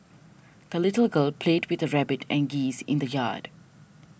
the little girl played with her rabbit and geese in the yard